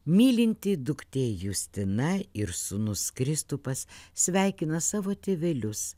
mylinti duktė justina ir sūnus kristupas sveikina savo tėvelius